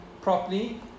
properly